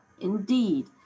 Indeed